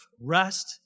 rest